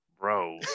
bro